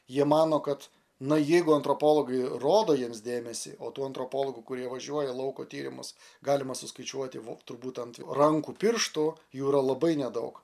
jie mano kad na jeigu antropologai rodo jiems dėmesį o tų antropologų kurie važiuoja lauko tyrimus galima suskaičiuoti vos turbūt ant rankų pirštų jų yra labai nedaug